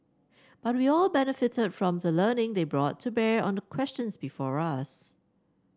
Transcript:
but we all benefited from the learning they brought to bear on the questions before us